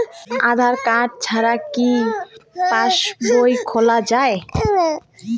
আধার card ছাড়া কি passbook খোলা যায়?